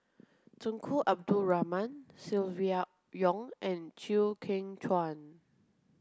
Tunku Abdul Rahman Silvia Yong and Chew Kheng Chuan